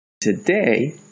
Today